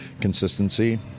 consistency